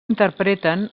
interpreten